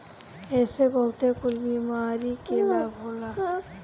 एसे बहुते कुल बीमारी में लाभ होला